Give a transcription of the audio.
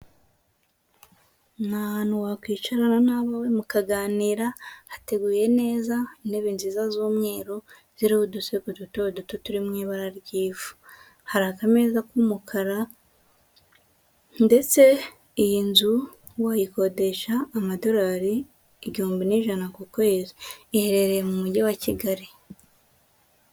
Nta hantu wakwicarana n'abawe mukaganira hateguye neza intebe nziza z'umweru, ziriho udusego ku duto duto turi mu ibara ry'ivu, hari aka ameza k'umukara ndetse iyi nzu wayikodesha amadolari igihumbi n'ijana ku kwezi iherereye mu mujyi wa Kigali.